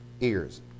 ears